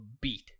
beat